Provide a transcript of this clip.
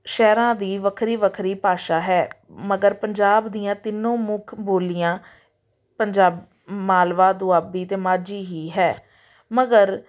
ਸ਼ਹਿਰਾਂ ਦੀ ਵੱਖਰੀ ਵੱਖਰੀ ਭਾਸ਼ਾ ਹੈ ਮਗਰ ਪੰਜਾਬ ਦੀਆਂ ਤਿੰਨੋਂ ਮੁੱਖ ਬੋਲੀਆਂ ਪੰਜਾਬ ਮਾਲਵਾ ਦੁਆਬੀ ਅਤੇ ਮਾਝੀ ਹੀ ਹੈ ਮਗਰ